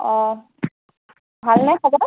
অঁ ভালনে খবৰ